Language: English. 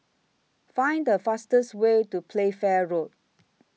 Find The fastest Way to Playfair Road